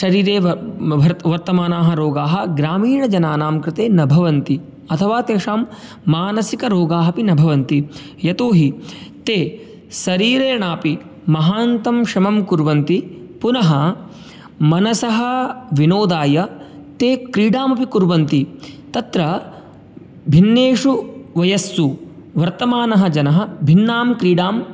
शरीरे वर्तमानाः रोगाः ग्रामीणजनानां कृते न भवन्ति अथवा तेषां मानसिकरोगाः अपि न भवन्ति यतोहि ते शरीरेणापि महान्तं श्रमं कुर्वन्ति पुनः मनसः विनोदाय ते क्रीडां अपि कुर्वन्ति तत्र भिन्नेषु वयस्सु वर्तमानः जनः भिन्नां क्रीडां